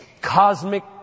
cosmic